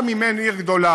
גם אם אין עיר גדולה,